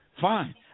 Fine